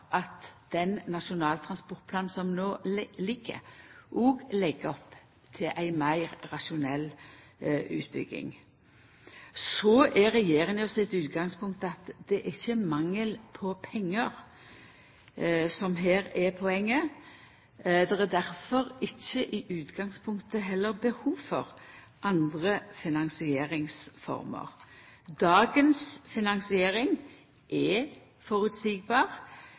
at den nasjonale transportplanen som no gjeld, òg legg opp til ei meir rasjonell utbygging. Regjeringa sitt utgangspunkt er at det ikkje er mangel på pengar som her er poenget. Det er difor i utgangspunktet heller ikkje behov for andre finansieringsformer. Dagens finansiering er